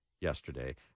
yesterday